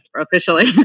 officially